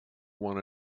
one